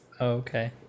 Okay